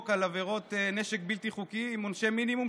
על עבירות נשק בלתי חוקי עם עונשי מינימום,